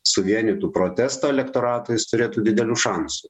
suvienytų protesto elektoratą jis turėtų didelių šansų